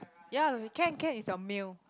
ya can can it's your meal